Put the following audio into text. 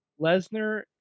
Lesnar